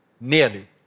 Nearly